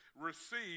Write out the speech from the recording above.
Receive